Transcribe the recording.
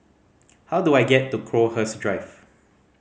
how do I get to Crowhurst Drive